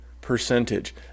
percentage